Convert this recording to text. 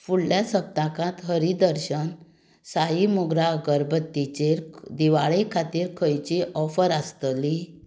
फुडल्या सप्तकांत हरी दर्शन साई मोगरा अगरबत्तीचेर दिवाळे खातीर खंयचीय ऑफर आसतली